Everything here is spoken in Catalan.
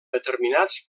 determinats